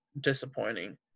disappointing